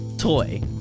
toy